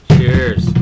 Cheers